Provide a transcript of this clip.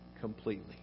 completely